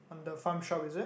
on the Farm Shop is it